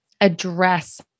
address